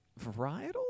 varietal